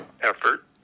effort